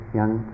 young